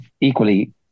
equally